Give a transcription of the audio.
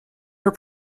her